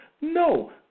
No